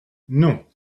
non